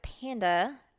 Panda